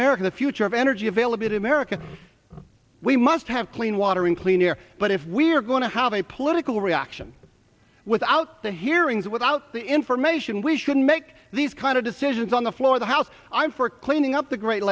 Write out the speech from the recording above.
america the future of energy available to america we must have clean water and clean air but if we're going to have a political reaction without the hearings without the information we shouldn't make these kind of decisions on the floor the house i'm for cleaning up the great